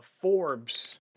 Forbes